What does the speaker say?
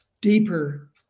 deeper